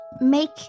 make